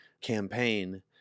campaign